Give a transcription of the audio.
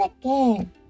again